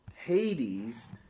Hades